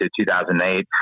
2008